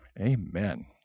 Amen